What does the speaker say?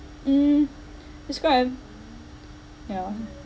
mm describe yeah